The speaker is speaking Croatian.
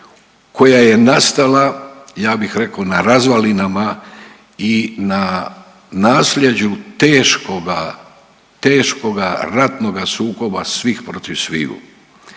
koja je nastala ja bih rekao na razvalinama i na nasljeđu teškoga, teškoga ratnoga sukoba svih protiv sviju.